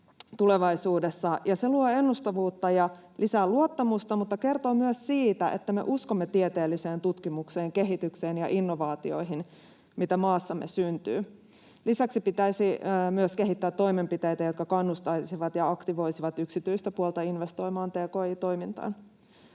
Se luo ennustettavuutta ja lisää luottamusta mutta kertoo myös siitä, että me uskomme tieteelliseen tutkimukseen, kehitykseen ja innovaatioihin, mitä maassamme syntyy. Lisäksi pitäisi myös kehittää toimenpiteitä, jotka kannustaisivat ja aktivoisivat yksityistä puolta investoimaan tki-toimintaan.